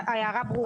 ההערה ברורה.